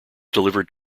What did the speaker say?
delivered